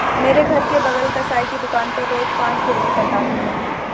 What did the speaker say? मेरे घर के बगल कसाई की दुकान पर रोज पांच भेड़ें कटाती है